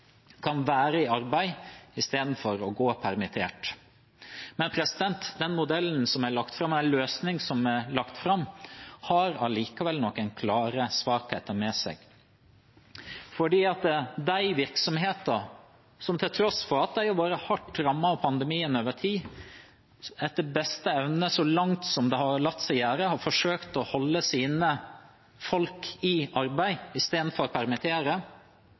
kan være i arbeid istedenfor å gå permittert. Den modellen som er lagt fram, den løsningen som er lagt fram, har allikevel noen klare svakheter ved seg. For de virksomhetene som, til tross for at de har vært hardt rammet av pandemien over tid, etter beste evne så langt som det har latt seg gjøre, har forsøkt å holde sine folk i arbeid istedenfor å permittere,